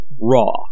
raw